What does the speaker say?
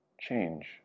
change